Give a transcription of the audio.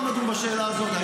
היום לא נדון בשאלה הזאת.